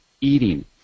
eating